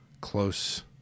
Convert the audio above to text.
close